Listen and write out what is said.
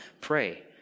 pray